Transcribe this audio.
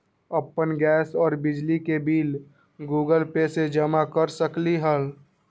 अपन गैस और बिजली के बिल गूगल पे से जमा कर सकलीहल?